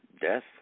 Death